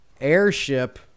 Airship